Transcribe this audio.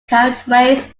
carriageways